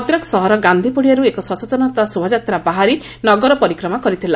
ଭଦ୍ରକ ସହର ଗାନ୍ଧି ପଡ଼ିଆରୁ ଏକ ସଚେତନତା ଶୋଭାଯାତ୍ରା ବାହାରି ନଗର ପରିକ୍ରମା କରିଥିଲା